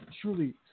truly